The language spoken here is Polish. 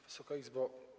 Wysoka Izbo!